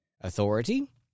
authority